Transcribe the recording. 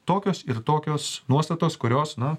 tokios ir tokios nuostatos kurios nu